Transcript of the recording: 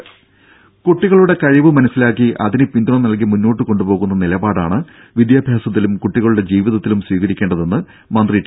ടെട കുട്ടികളുടെ കഴിവ് മനസ്സിലാക്കി അതിന് പിന്തുണ നൽകി മുന്നോട്ടു കൊണ്ടുപോകുന്ന നിലപാടാണ് വിദ്യാഭ്യാസത്തിലും കുട്ടികളുടെ ജീവിതത്തിലും സ്വീകരിക്കേണ്ടതെന്ന് മന്ത്രി ടി